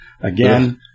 again